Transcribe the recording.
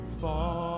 fall